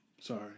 Sorry